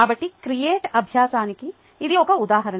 కాబట్టి క్రియేట్ అభ్యాసానికి ఇది ఒక ఉదాహరణ